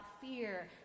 fear